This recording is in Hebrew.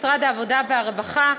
משרד העבודה והרווחה,